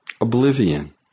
oblivion